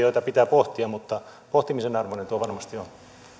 joita pitää pohtia mutta pohtimisen arvoinen tuo varmasti